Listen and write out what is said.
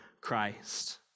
Christ